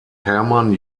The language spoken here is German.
hermann